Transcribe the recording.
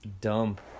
dump